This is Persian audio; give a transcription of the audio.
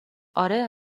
آره